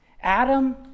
Adam